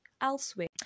elsewhere